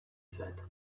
said